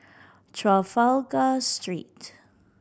Trafalgar Street